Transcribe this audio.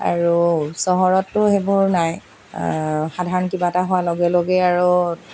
আৰু চহৰতটো সেইবোৰ নাই সাধাৰণ কিবা এটা হোৱাৰ লগে লগে আৰু